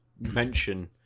mention